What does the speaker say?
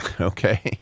okay